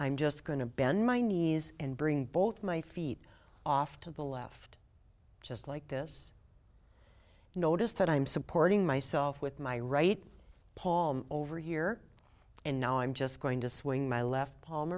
i'm just going to bend my knees and bring both my feet off to the left just like this notice that i'm supporting myself with my right paul over here and now i'm just going to swing my left palm